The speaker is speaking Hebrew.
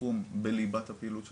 תחום בליבת הפעילות שלהם,